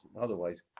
otherwise